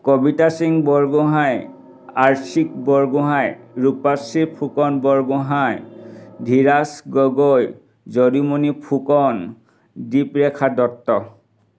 Kavita Singh Borgohain Archit Borgohain Rupashree Phukan Borgohain Dhiraj Gogoi Jadumoni Phukan Diprekha Dutta